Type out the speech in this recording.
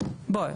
בוא,